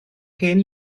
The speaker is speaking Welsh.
hen